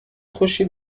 خوشی